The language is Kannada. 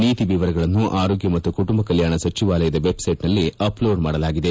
ನೀತಿ ವಿವರಗಳನ್ನು ಆರೋಗ್ಕ ಮತ್ತು ಕುಟುಂಬ ಕಲ್ಯಾಣ ಸಜಿವಾಲಯದ ವೆಬ್ಸೈಟ್ನಲ್ಲಿ ಅಪ್ಲೋಡ್ ಮಾಡಲಾಗಿದೆ